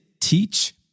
teach